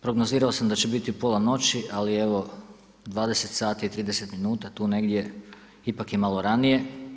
Prognozirao sam da će biti pola noći, ali evo 20 je sati i 30 minuta, tu negdje, ipak je malo ranije.